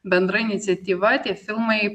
bendra iniciatyva tie filmai